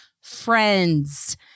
FRIENDS